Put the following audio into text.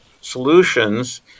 solutions